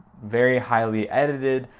very highly edited,